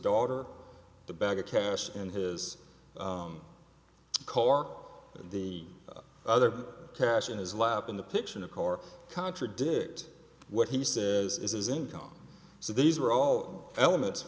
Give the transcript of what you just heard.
daughter the bag of cash in his car and the other cash in his lap in the picture in a car contradict what he says is his income so these are all elements